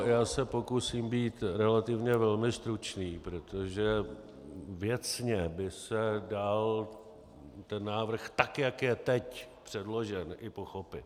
Já se pokusím být relativně velmi stručný, protože věcně by se dal návrh, tak jak je teď předložen, i pochopit.